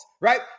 right